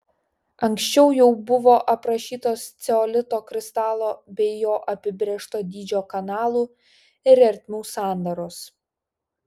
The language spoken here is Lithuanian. anksčiau jau buvo aprašytos ceolito kristalo bei jo apibrėžto dydžio kanalų ir ertmių sandaros